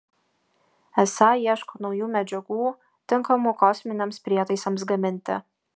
esa ieško naujų medžiagų tinkamų kosminiams prietaisams gaminti